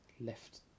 left